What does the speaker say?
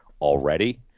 already